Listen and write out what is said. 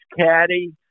caddy